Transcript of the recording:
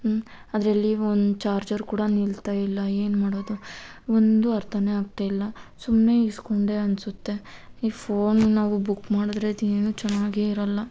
ಹ್ಞೂ ಅದರಲ್ಲಿ ಒಂದು ಚಾರ್ಜರ್ ಕೂಡ ನಿಲ್ತಾ ಇಲ್ಲ ಏನು ಮಾಡೋದು ಒಂದೂ ಅರ್ಥಾನೇ ಆಗ್ತಾ ಇಲ್ಲ ಸುಮ್ಮನೆ ಇಸ್ಕೊಂಡೆ ಅನಿಸುತ್ತೆ ಈ ಫೋನು ನಾವು ಬುಕ್ ಮಾಡಿದ್ರೆ ಅದೇನು ಚೆನ್ನಾಗೆ ಇರಲ್ಲ